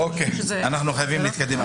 אנחנו חייבים להתקדם.